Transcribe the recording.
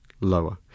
lower